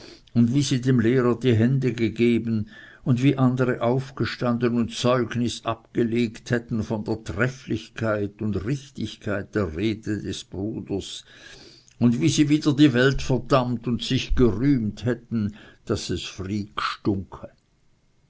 und wie sie dem lehrer die hände gegeben und wie andere aufgestanden und zeugnis abgelegt hätten von der trefflichkeit und richtigkeit der rede des bruders und wie sie wieder die welt verdammt und sich gerühmt hätten daß es